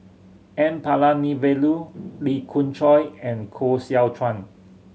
N Palanivelu Lee Khoon Choy and Koh Seow Chuan